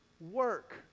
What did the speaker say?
work